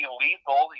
lethal